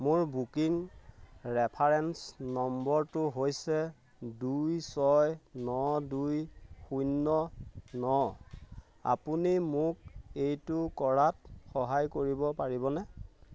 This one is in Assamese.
মোৰ বুকিং ৰেফাৰেন্স নম্বৰটো হৈছে দুই ছয় ন দুই শূন্য ন আপুনি মোক এইটো কৰাত সহায় কৰিব পাৰিবনে